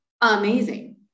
amazing